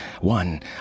One